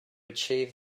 achieve